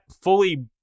fully